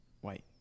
white